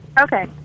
Okay